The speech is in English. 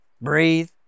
breathe